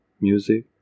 music